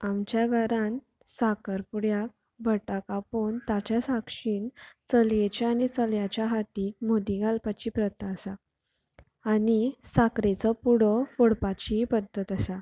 आमच्या घरांत साखर पुड्याक भटाक आपोवन ताच्या साक्षीन चलयेच्या आनी चल्याच्या हातीक मुदी घालपाची प्रथा आसा आनी साखरेचो पुडो फोडपाचीय पद्दत आसा